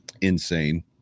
Insane